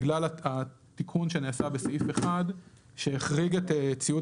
בגלל התיקון שנעשה בסעיף 1 שהחריד את ציוד